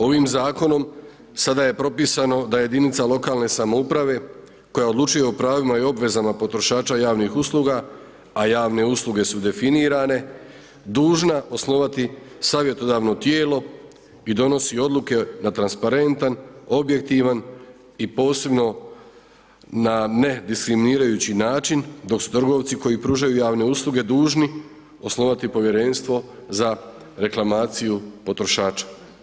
Ovim zakonom sada je propisano da jedinice lokalne samouprave koje odlučuje o pravima i obvezama potrošača javnih usluga, a javne usluge su definirane, dužna osnovati savjetodavno tijelo i donosi odluke na transparentan, objektivan i posebno na nediskriminirajuću način, dok su trgovci koje pružaju javne usluge dužni osnovati povjerenstvo za reklamaciju potrošača.